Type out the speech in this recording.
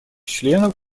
членов